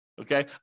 okay